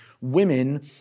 women